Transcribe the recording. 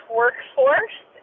workforce